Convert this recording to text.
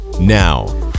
Now